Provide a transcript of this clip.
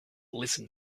listen